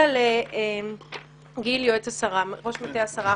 אלא לגיל, ראש מטה השרה.